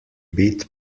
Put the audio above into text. bit